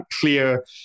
clear